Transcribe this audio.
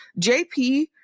JP